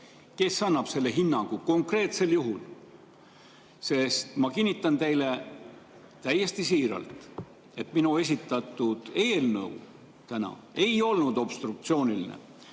Kes annab selle hinnangu konkreetsel juhul? Ma kinnitan teile täiesti siiralt, et minu täna esitatud eelnõu ei olnud obstruktsiooniline.